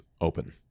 open